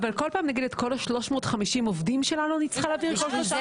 --- אם המערכת מקוונת היום, כך